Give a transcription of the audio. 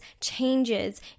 changes